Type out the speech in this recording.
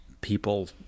people